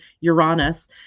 Uranus